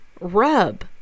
rub